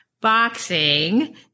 boxing